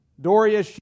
Doria